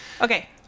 Okay